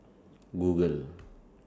Google